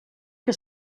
que